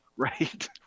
Right